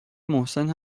محسن